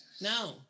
No